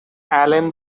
allen